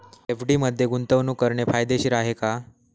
FD मध्ये गुंतवणूक करणे फायदेशीर आहे का?